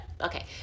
okay